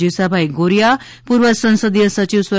જેસાભાઇ ગોરિયા પૂર્વ સંસદિય સચિવ સ્વ